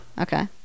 Okay